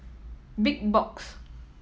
Big Box